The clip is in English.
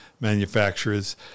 manufacturers